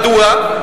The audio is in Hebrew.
מדוע?